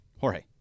Jorge